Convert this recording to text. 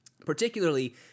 particularly